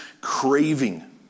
craving